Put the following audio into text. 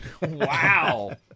Wow